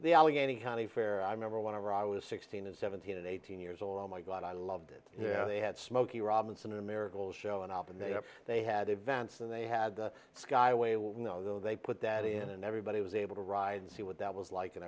the allegheny county fair i remember whenever i was sixteen and seventeen and eighteen years old oh my god i loved it yeah they had smokey robinson in a miracle show an op and they had they had events and they had the skyway when though they put that in and everybody was able to ride and see what that was like and